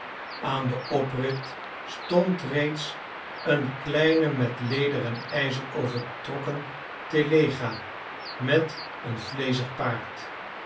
aan den oprit stond reeds een kleine met leder en ijzer overtrokken telega met een vleezig paard